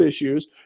issues